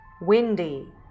Windy